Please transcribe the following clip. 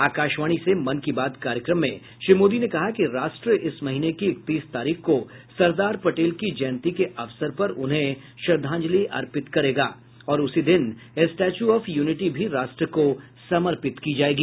आकाशवाणी से मन की बात कार्यक्रम में श्री मोदी ने कहा कि राष्ट्र इस महीने की इकतीस तारीख को सरदार पटेल की जयंती के अवसर पर उन्हें श्रद्वांजलि अर्पित करेगा और उसी दिन स्टेच्यू ऑफ यूनिटी भी राष्ट्र को समर्पित की जाएगी